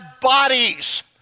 bodies